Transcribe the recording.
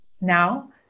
now